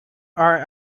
are